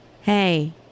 hey